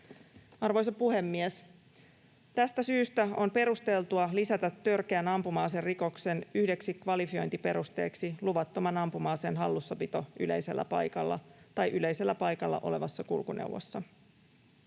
Arvoisa puhemies! Tästä syystä on perusteltua lisätä törkeän ampuma-aserikoksen yhdeksi kvalifiointiperusteeksi luvattoman ampuma-aseen hallussapito yleisellä paikalla tai yleisellä